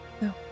No